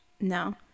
No